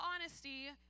honesty